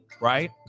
right